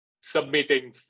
submitting